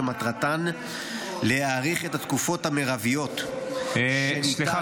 שמטרתן להאריך את התקופות המרביות שניתן --- סליחה,